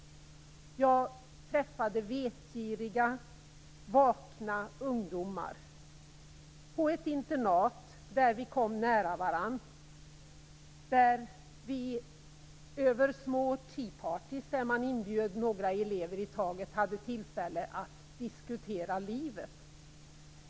Jag träffade vetgiriga, vakna ungdomar på ett internat där vi kom nära varandra och där vi över små tea-parties, till vilka man inbjöd några elever i taget, hade tillfälle att diskutera livet.